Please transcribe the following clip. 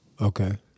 Okay